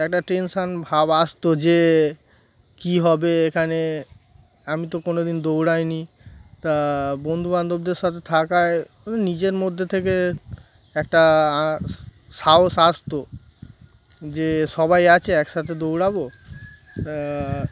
একটা টেনশান ভাব আসতো যে কী হবে এখানে আমি তো কোনো দিন দৌড়াইনি তা বন্ধুবান্ধবদের সাথে থাকায় নিজের মধ্যে থেকে একটা সাহস আসতো যে সবাই আছে একসাথে দৌড়াবো তা